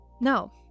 No